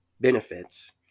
benefits